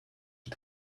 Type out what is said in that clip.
had